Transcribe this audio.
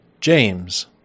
James